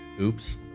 Oops